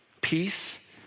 peace